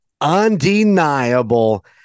undeniable